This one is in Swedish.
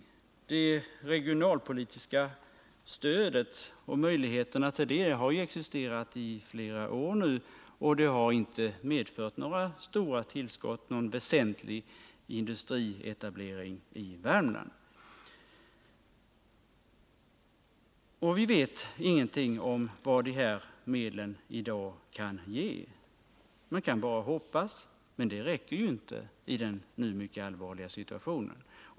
Möjligheterna till regionalpolitiskt stöd har existerat i flera år, och det har inte medfört någon väsentlig industrietablering i Värmland. Man kan bara hoppas, men det räcker ju inte i den nu mycket allvarliga situationen.